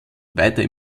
weiter